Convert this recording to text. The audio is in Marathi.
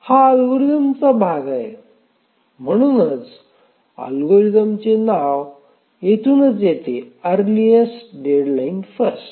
हा अल्गोरिदमचा भाग आहे आणि म्हणूनच अल्गोरिदमचे नाव येथूनच येते अरलिएस्ट डेडलाईन फर्स्ट